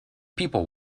people